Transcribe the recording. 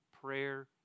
prayer